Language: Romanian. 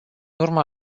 urma